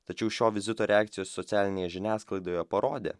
tačiau šio vizito reakcijos socialinėje žiniasklaidoje parodė